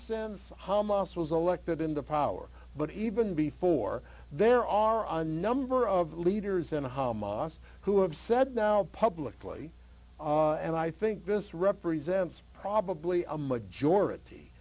sense hamas was elected in the power but even before there are a number of leaders in hamas who have said now publicly and i think this represents probably a majority